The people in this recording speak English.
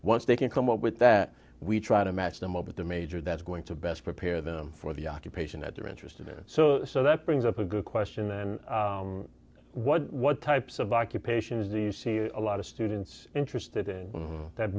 they can come up with that we try to match them up with the major that's going to best prepare them for the occupation that they're interested in so so that brings up a good question and what what types of occupations do you see a lot of students interested in that